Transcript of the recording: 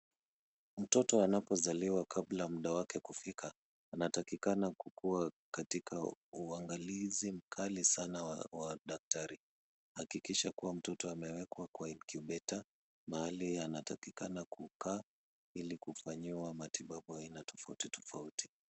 Mtoto anapozaliwa kabla muda wake kufika, anatakikana kukuwa katika uangalizi mkali sana wa daktari. Hakikisha kuwa mtoto amewekwa kwa incubator mahali anatakikana kukaa ili kufanyiwa matibabu aina tofauti tofauti.